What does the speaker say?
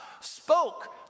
spoke